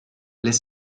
les